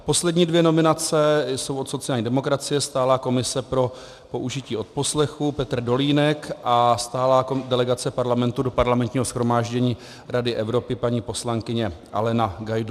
Poslední dvě nominace jsou od sociální demokracie, Stálá komise pro použití odposlechů Petr Dolínek a Stálá delegace Parlamentu do Parlamentního shromáždění Rady Evropy paní poslankyně Alena Gajdůšková.